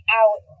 out